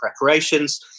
preparations